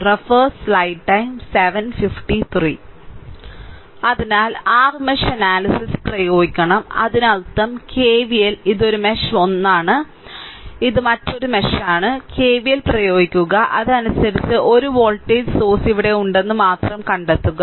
r mesh analysis പ്രയോഗിക്കണം അതിനർത്ഥം KVL ഇത് 1 മെഷ് ആണ് ഇത് മറ്റൊരു മെഷ് ആണ് കെവിഎൽ പ്രയോഗിക്കുക അതനുസരിച്ച് 1 വോൾട്ടേജ് സോഴ്സ് ഇവിടെ ഉണ്ടെന്ന് മാത്രം കണ്ടെത്തുക